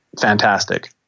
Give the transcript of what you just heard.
fantastic